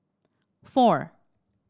four